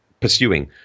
pursuing